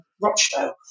Rochdale